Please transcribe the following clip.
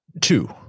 Two